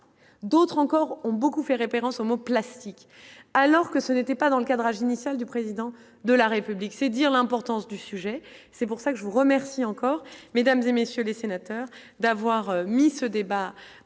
d'autres encore ont beaucoup fait référence au mot plastique alors que ce n'était pas dans le cadrage initial du président de la République, c'est dire l'importance du sujet, c'est pour ça que je vous remercie encore mesdames et messieurs les sénateurs, d'avoir mis ce débat